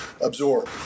absorb